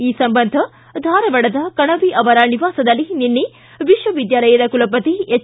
ಈ ಸಂಬಂಧ ಧಾರವಾಡದ ಕಣವಿ ಅವರ ನಿವಾಸದಲ್ಲಿ ನಿನ್ನೆ ವಿಶ್ವವಿದ್ಯಾಲಯದ ಕುಲಪತಿ ಎಚ್